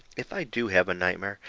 if i do have a nightmare,